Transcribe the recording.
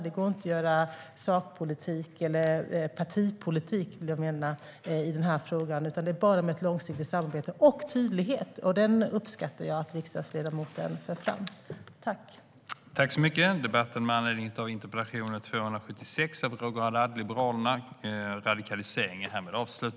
Det går inte att göra sakpolitik eller partipolitik i denna fråga. Detta görs bara med ett långsiktigt samarbete och tydlighet. Jag uppskattar att riksdagsledamoten för fram det.